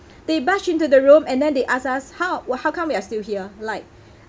they barged into the room and then they asked us how what how come you are still here like